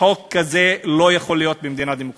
הוא מנטרל את בתי-המשפט.